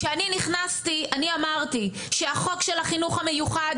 כשאני נכנסתי אני אמרתי שהחוק של החינוך המיוחד,